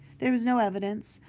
there was no evidence,